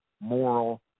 moral